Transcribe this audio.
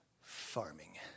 Farming